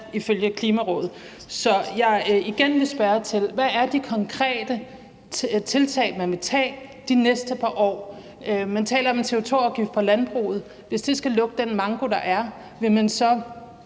som de har sat. Så jeg vil igen spørge: Hvad er de konkrete tiltag, man vil tage de næste par år? Man taler om en CO2-afgift på landbruget. Hvis det skal lukke den manko, der er, vil man så